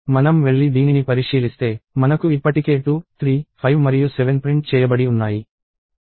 మనం వెళ్లి దీనిని పరిశీలిస్తే మనకు ఇప్పటికే 2 3 5 మరియు 7 ప్రింట్ చేయబడి ఉన్నాయి